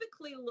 look